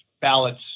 ballots